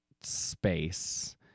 space